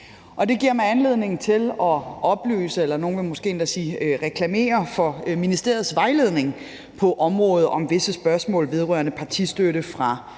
nogle vil måske endda sige reklamere for ministeriets vejledning på området for visse spørgsmål vedrørende partistøtte fra